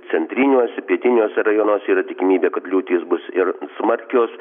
centriniuose pietiniuose rajonuose yra tikimybė kad liūtys bus ir smarkios